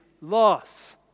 loss